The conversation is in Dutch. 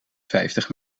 vijftig